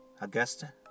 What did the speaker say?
Augusta